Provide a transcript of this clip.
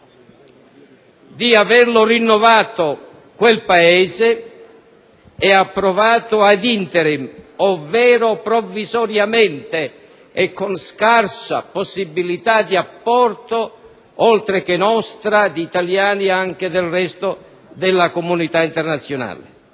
di averlo rinnovato, in quel Paese, ed approvato *ad interim*, ovvero provvisoriamente, e con scarsa possibilità di apporto oltre che nostra di italiani anche del resto della comunità internazionale;